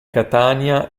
catania